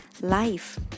life